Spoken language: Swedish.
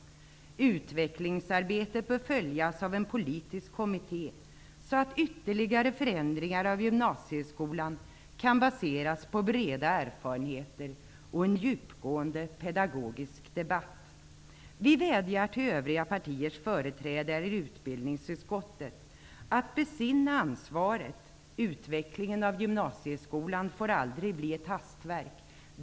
Utvecklingsarbetet bör följas av en politisk kommitté, så att ytterligare förändringar av gymnasieskolan kan baseras på breda erfarenheter och en djupgående pedagogisk debatt. Vi vädjar till övriga partiers företrädare i utbildningsutskottet att besinna ansvaret. Utvecklingen av gymnasieskolan får aldrig bli ett hastverk.